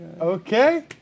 okay